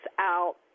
out